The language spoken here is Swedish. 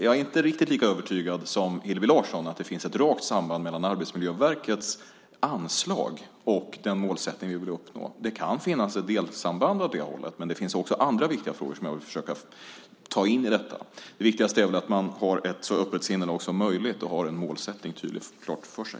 Jag är inte riktigt lika övertygad som Hillevi Larsson om att det finns ett rakt samband mellan Arbetsmiljöverkets anslag och den målsättning vi vill uppnå. Det kan finnas ett delsamband, men det finns också andra viktiga frågor som jag vill försöka ta in i detta. Det viktigaste är väl att man har ett så öppet sinnelag som möjligt och har målsättningen tydlig och klar för sig.